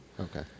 Okay